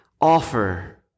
offer